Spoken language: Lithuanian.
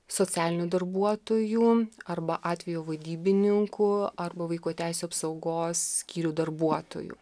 socialinių darbuotojų arba atvejo vadybininkų arba vaiko teisių apsaugos skyrių darbuotojų